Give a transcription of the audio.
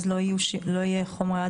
לא יהיו חומרי הדברה?